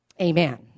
Amen